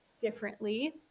differently